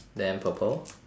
then purple